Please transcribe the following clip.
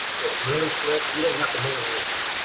it's really slick. you don't have to mail anything.